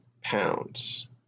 pounds